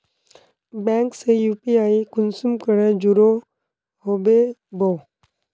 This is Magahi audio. बैंक से यु.पी.आई कुंसम करे जुड़ो होबे बो?